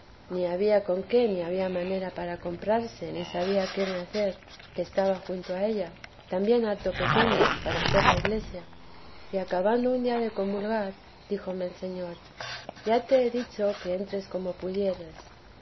ni había con qué ni había manera para comprarse ni sabía qué me hacer que estaba junto a ella otra también harto pequeña para hacer la iglesia y acabando un día de comulgar díjome el señor ya te he dicho que entres como pudieres